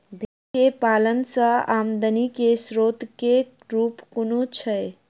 भेंर केँ पालन सँ आमदनी केँ स्रोत केँ रूप कुन छैय?